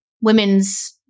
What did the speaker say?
women's